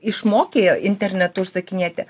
išmokė internetu užsakinėti